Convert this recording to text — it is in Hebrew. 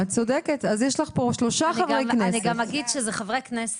את צודקת, אז יש לך פה שלושה חברי כנסת.